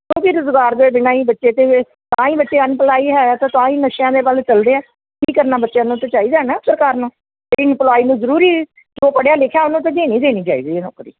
ਉਹ ਵੀ ਰੁਜ਼ਗਾਰ ਦੇ ਬਿਨਾਂ ਹੀ ਬੱਚੇ ਤੇ ਤਾਂ ਹੀ ਬੱਚੇ ਅਨਪਲਾਈ ਹੈ ਤਾ ਤਾਂ ਹੀ ਨਸ਼ਿਆਂ ਦੇ ਵੱਲ ਨੂੰ ਚੱਲਦੇ ਹੈ ਕੀ ਕਰਨਾ ਬੱਚਿਆਂ ਨੂੰ ਤਾਂ ਚਾਹੀਦਾ ਨਾ ਸਰਕਾਰ ਨੂੰ ਵੀ ਇਨਪਲੋਈ ਨੂੰ ਜ਼ਰੂਰੀ ਜੋ ਪੜ੍ਹਿਆ ਲਿਖਿਆ ਉਹਨੂੰ ਤਾਂ ਦੇਣੀ ਦੇਣੀ ਚਾਹੀਦੀ ਹੈ ਨੌਕਰੀ